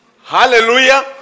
Hallelujah